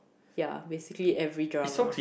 ya basically every drama